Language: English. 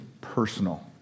personal